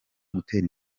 gutera